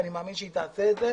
ואני מאמין שהיא תעשה את זה,